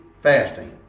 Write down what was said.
fasting